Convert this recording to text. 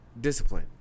Discipline